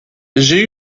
j’ai